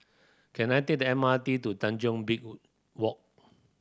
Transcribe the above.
can I take the M R T to Tanjong Beach Walk